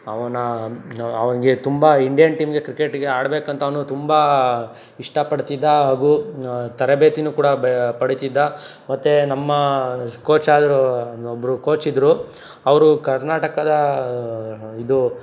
ಅವನ ಅವನಿಗೆ ತುಂಬ ಇಂಡಿಯನ್ ಟೀಮ್ಗೆ ಕ್ರಿಕೆಟಿಗೆ ಆಡಬೇಕಂತ ಅವನು ತುಂಬ ಇಷ್ಟಪಡ್ತಿದ್ದ ಹಾಗೂ ತರಬೇತಿನೂ ಕೂಡ ಬೆ ಪಡೀತಿದ್ದ ಮತ್ತು ನಮ್ಮ ಕೋಚ್ ಆದರು ಒಬ್ಬರು ಕೋಚ್ ಇದ್ದರು ಅವರು ಕರ್ನಾಟಕದ ಇದು